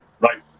Right